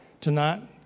tonight